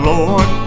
Lord